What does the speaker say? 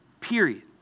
Period